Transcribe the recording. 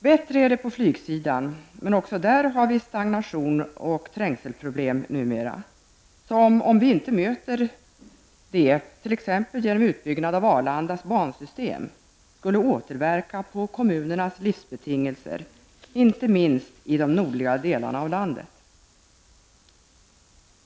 Det är bättre på flygsidan, men även där finns numera problem med stagnation och trängselproblem, som, om vi inte möter dessa problem t.ex. genom utbyggnad av Arlandas bansystem, återverkar på kommunernas livsbetingelser, inte minst i de nordliga delarna av landet.